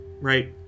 right